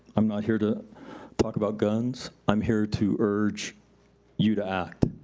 i'm not here to talk about guns, i'm here to urge you to act.